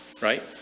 Right